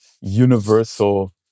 universal